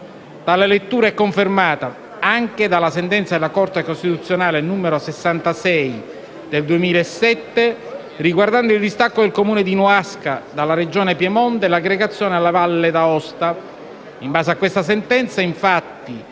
Tale lettura è confermata anche dalla sentenza della Corte costituzionale n. 66 del 2007 riguardante il distacco del Comune di Noasca dalla Regione Piemonte e l'aggregazione alla Valle D'Aosta.